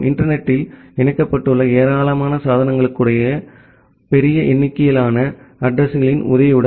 internet த்தில் இணைக்கப்பட்டுள்ள ஏராளமான சாதனங்களுக்கான பெரிய எண்ணிக்கையிலான அட்ரஸிங்களின் உதவியுடன்